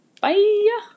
bye